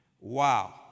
Wow